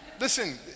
Listen